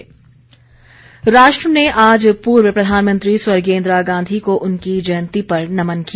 जयंती इंदिरा गांधी राष्ट्र ने आज पूर्व प्रधानमंत्री स्वर्गीय इंदिरा गांधी को उनकी जयंती पर नमन किया